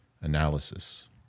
analysis